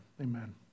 Amen